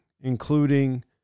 including